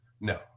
No